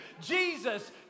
Jesus